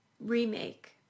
remake